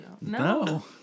No